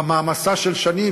במעמסה של שנים.